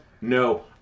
no